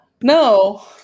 No